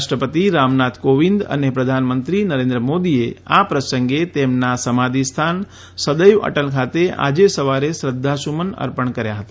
રાષ્ટ્રપતિ રામનાથ કોવિંદ અને પ્રધાનમંત્રી નરેન્દ્ર મોદીએ આ પ્રસંગે તેમના સમાધિસ્થાન સદૈવ અટલ ખાતે આજે સવારે શ્રદ્ધાસમન અર્પણ કર્યા હતા